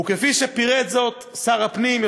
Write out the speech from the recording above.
וכפי שפירט שר הפנים,